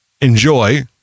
enjoy